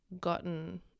gotten